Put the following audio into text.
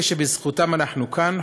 אלה שבזכותם אנחנו כאן,